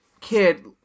kid